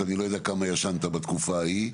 אני לא יודע כמה ישנת בתקופה ההיא,